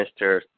Mr